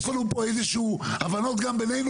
יש לנו פה איזה שהן הבנות גם בינינו